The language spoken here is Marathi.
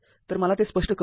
तर मला ते स्पष्ट करू द्या